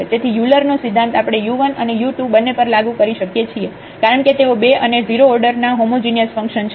તેથી Euler Euler's નો સિદ્ધાંત આપણે u1 અને u2 બંને પર લાગુ કરી શકીએ કારણ કે તેઓ 2 અને 0 ઓર્ડર ના હોમોજિનિયસ ફંક્શન છે